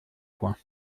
coins